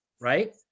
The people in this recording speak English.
right